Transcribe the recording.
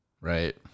Right